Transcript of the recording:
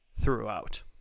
throughout